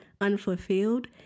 unfulfilled